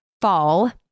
fall